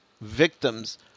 victims